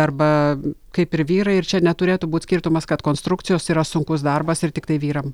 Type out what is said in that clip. arba kaip ir vyrai ir čia neturėtų būt skirtumas kad konstrukcijos yra sunkus darbas ir tiktai vyram